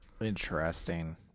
Interesting